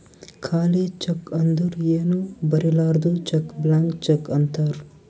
ಖಾಲಿ ಚೆಕ್ ಅಂದುರ್ ಏನೂ ಬರಿಲಾರ್ದು ಚೆಕ್ ಬ್ಲ್ಯಾಂಕ್ ಚೆಕ್ ಅಂತಾರ್